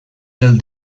del